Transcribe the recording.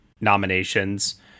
nominations